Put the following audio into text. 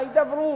ההידברות,